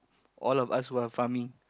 all of us who are farming